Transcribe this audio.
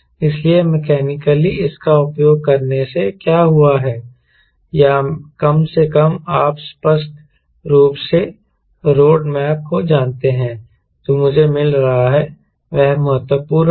इसलिए मैकेनिकली इसका उपयोग करने से क्या हुआ है या कम से कम आप स्पष्ट रूप से रोड मैप को जानते हैं जो मुझे मिल रहा है वह महत्वपूर्ण है